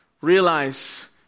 Realize